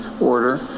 order